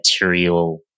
material